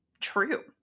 true